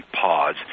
pause